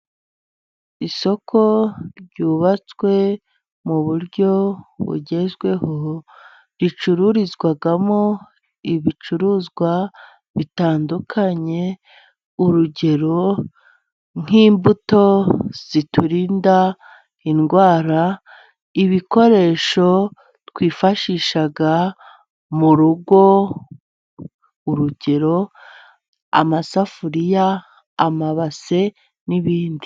Isoko ryubatswe mu buryo bugezweho, ricururizwamo ibicuruzwa bitandukanye, urugero: nk'imbuto ziturinda indwara, ibikoresho twifashisha mu rugo, urugero: amasafuriya, amabase, n'ibindi.